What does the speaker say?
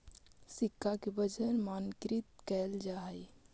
सिक्का के वजन मानकीकृत कैल जा हई